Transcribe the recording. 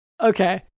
Okay